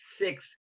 six